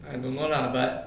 I don't know lah but